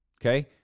Okay